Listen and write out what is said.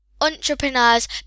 entrepreneur's